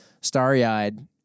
starry-eyed